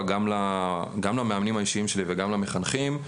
גם למאמנים האישיים שלי וגם למחנכים,